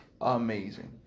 amazing